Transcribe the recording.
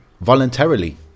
voluntarily